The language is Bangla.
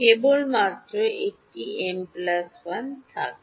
কেবলমাত্র একটি m 1 থাকবে